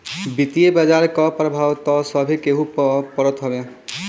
वित्तीय बाजार कअ प्रभाव तअ सभे केहू पअ पड़त हवे